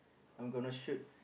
I'm gonna shoot